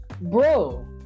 Bro